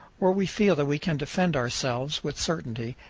where we feel that we can defend ourselves with certainty,